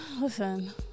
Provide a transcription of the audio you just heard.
listen